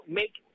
make